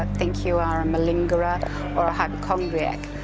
that think you are a malingerer or a hypochondriac,